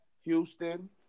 Houston